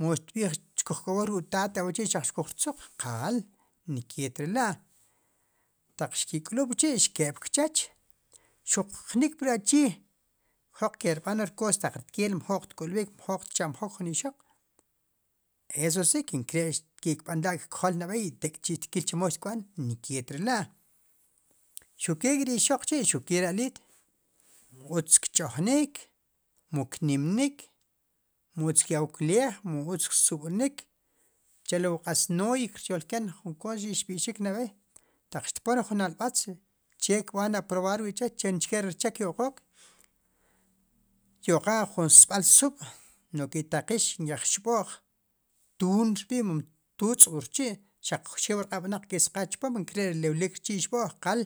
mu xtb'iij xkuj k'ob'ook ruk' taat awa' chi' xaq xkuj rtzuuq. qaal ni keetle'la' taq xki' k'lub' chi' xke'l puk chooch, jnik'pri achii jroq ki' rb'aan rkoos taq rtkeel mjoq tk'ul b'ik, mjo'q tchamb'jook jun ixoq eso si nkere' xki' kb'anla' kk'jool nab'eey tekchi' xtkiil chemo xtkb'an ni nkee tlila' xuq keek' ri ixoq chi' o ri aliit xtch'jnik mu xtnimnik, mu utz kya'wook leej mu utz ksub'niik, chelo'wu q'atz nooy xyolken nab'eey taq xpon re jun alb'atz che kb'aan aprobar ri che' che ri xcheek kyo'qook kyo'qan jun sb'aal suub' no'j ki' taqiix nk'eej xb'o'j tuun rb'i' mom tuutz wu rchi' xaq xew wu rq'ab' wnaq kk'iis qaaj chpom, nkere' lewlik rchi' xb'o'j qaal.